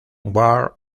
world